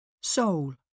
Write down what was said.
Soul